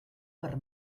per